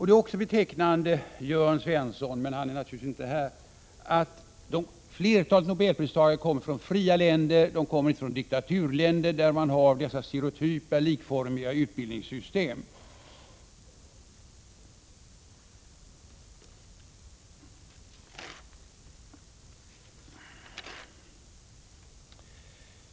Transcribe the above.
Det är också betecknande, Jörn Svensson — jag kan inte se att han är i kammaren -— att flertalet Nobelpristagare kommer från fria länder. De kommer inte från diktaturländer, där man har dessa stereotypa, likformiga utbildningssystem.